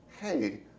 hey